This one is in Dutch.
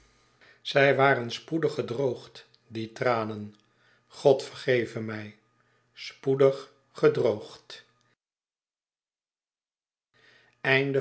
zij waren spoedig gedroogd die tranen god vergeve mij spoedig gedroogd